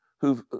who've